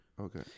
Okay